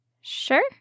sure